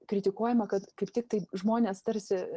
kritikuojama kad kaip tik taip žmonės tarsi